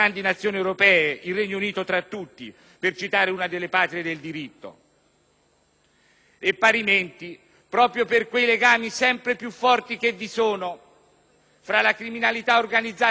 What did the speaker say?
Parimenti, proprio per quei legami sempre più forti che vi sono fra la criminalità organizzata transfrontaliera e quella nostrana,